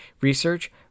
Research